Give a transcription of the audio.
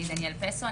אני דניאל פסו,